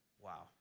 Wow